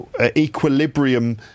equilibrium